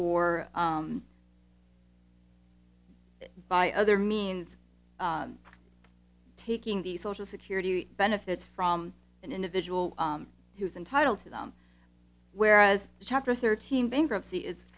or by other means taking the social security benefits from an individual who is entitled to them whereas chapter thirteen bankruptcy is